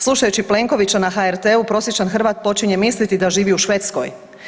Slušajući Plenkovića na HRT prosječan Hrvat počinje misliti da živi u Švedskoj.